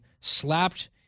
slapped